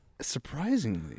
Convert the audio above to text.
surprisingly